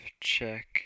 Check